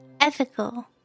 Ethical